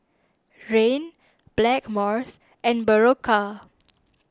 Rene Blackmores and Berocca